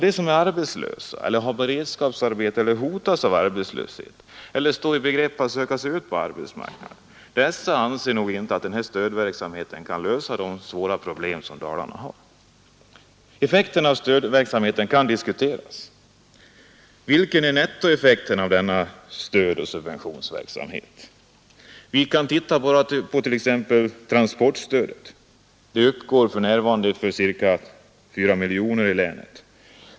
De som är arbetslösa, de som har beredskapsarbete, de som hotas av arbetslöshet eller de som står i begrepp att söka sig ut på arbetsmarknaden anser nog inte att den här stödverksamheten kan lösa de svåra problem Dalarna har. Effekten av stödverksamheten kan diskuteras. Vilken är nettoeffekten av denna stödoch subventionsverksamhet? Vi kan se på t.ex. transportstödet. Det uppgår för närvarande till ca 4 miljoner i länet.